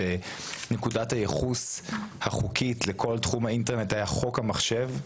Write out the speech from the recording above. שנקודת הייחוס החוקית לכל תחום האינטרנט היה חוק המחשב.